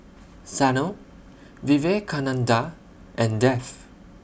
Sanal Vivekananda and Dev